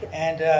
and